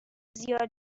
زیاد